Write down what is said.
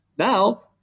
Now